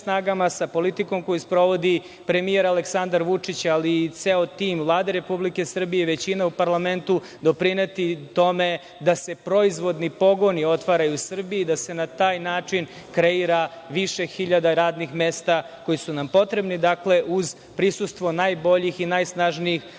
sa politikom koju sprovodi premijer Aleksandar Vučić, ali i ceo tim Vlade Republike Srbije, većina u parlamentu, doprineti tome da se proizvodni pogoni otvaraju u Srbiji i da se na taj način kreira više hiljada radnih mesta koja su nam potrebna, dakle, uz prisustvo najboljih i najsnažnijih